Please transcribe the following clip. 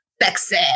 Sexy